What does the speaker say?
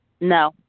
no